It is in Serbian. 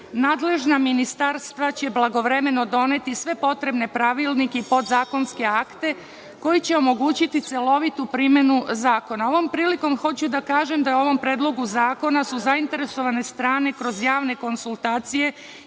nadležna ministarstva će blagovremeno doneti sve potrebne pravilnike i podzakonske akte koji će omogućiti celovitu primenu zakona. Ovom prilikom hoću da kažem da je u ovom predlogu zakona su zainteresovane strane kroz javne konsultacije